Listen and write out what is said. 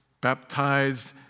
baptized